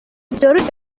byoroshye